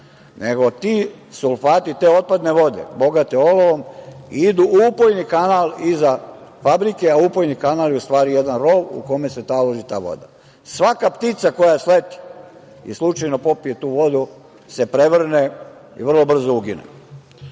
nego ti sulfati, te otpadne vode bogate olovom, idu u upojni kanal iza fabrike, a upojni kanal je u stvari jedan rov u kome se taloži ta voda. Svaka ptica koja sleti i slučajno popije tu vodu, se prevrne i vrlo brzo ugine.